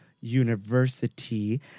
University